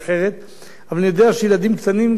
אבל אני יודע שילדים קטנים, גם אצלי במשפחה,